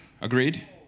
Agreed